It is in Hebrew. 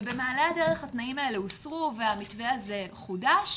במעלה הדרך התנאים האלה הוסרו והמתווה הזה חודש,